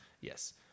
Yes